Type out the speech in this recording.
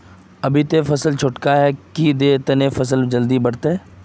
अभी ते फसल छोटका है की दिये जे तने जल्दी बढ़ते?